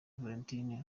valentine